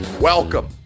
Welcome